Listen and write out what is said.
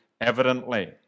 evidently